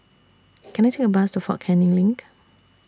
Can I Take A Bus to Fort Canning LINK